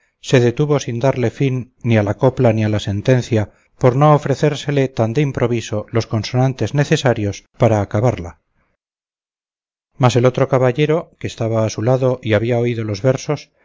se detuvo sin darle fin ni a la copla ni a la sentencia por no ofrecérsele tan de improviso los consonantes necesarios para acabarla mas el otro caballero que estaba a su lado y había oído los versos